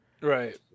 right